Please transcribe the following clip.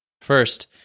First